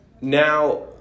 Now